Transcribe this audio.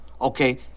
okay